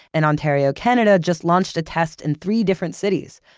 and ontario, canada just launched a test in three different cities.